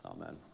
Amen